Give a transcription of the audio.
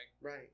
Right